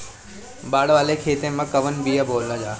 बाड़ वाले खेते मे कवन बिया बोआल जा?